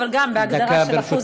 אבל גם בהגדרה של אחוז,